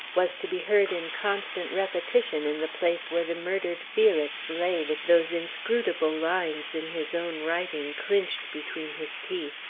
was to be heard in constant repetition in the place where the murdered felix lay with those inscrutable lines in his own writing, clinched between his teeth!